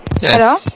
Hello